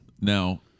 Now